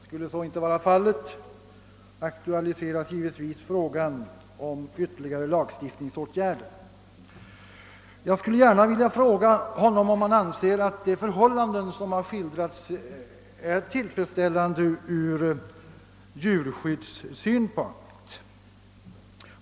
Skulle så icke bli fallet, aktualiseras givetvis frågan om lagstiftningsåtgärder.» Jag vill nu fråga jordbruksministern om han anser att de förhållanden som skildrats är tillfredsställande ur djurskyddssynpunkt.